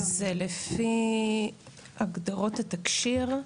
זה לפי הגדרות התקשי"ר,